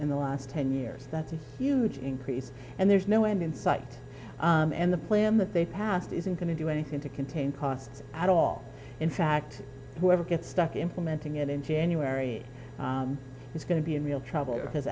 in the last ten years that's a huge increase and there's no end in sight and the plan that they passed isn't going to do anything to contain costs at all in fact whoever gets stuck implementing it in january is going to be in real trouble because